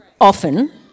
often